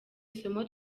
isomo